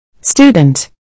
Student